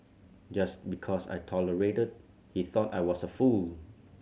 just because I tolerated he thought I was a fool